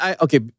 Okay